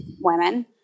women